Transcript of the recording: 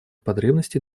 потребностей